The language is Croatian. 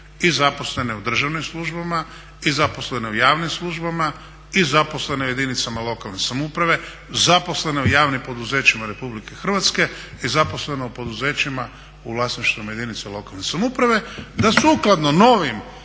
i zaposlene u državnim službama, i zaposlene u javnim službama, i zaposlene u jedinicama lokalne samouprave, zaposlene u javnim poduzećima RH i zaposlene u poduzećima u vlasništvu jedinica lokalne samouprave da sukladno novo